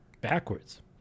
Backwards